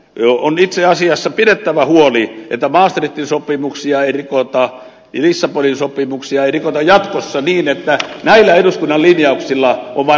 on itse asiassa pidettävä huoli että maastrichtin sopimuksia ei rikota ja lissabonin sopimuksia ei rikota jatkossa niin että näillä eduskunnan linjauksilla on vain paperin arvo